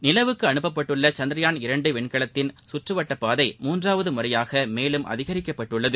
நிலவுக்கு அனுப்பப்பட்டுள்ள சந்திரயான் இரண்டு விண்கலத்தின் சுற்று வட்டப்பாதை மூன்றாவது முறையாக மேலும் அதிகரிப்பட்டுள்ளது